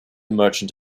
merchant